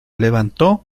levantó